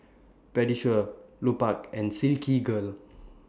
Pediasure Lupark and Silkygirl